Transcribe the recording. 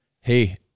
Hey